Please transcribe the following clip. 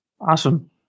Awesome